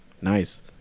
nice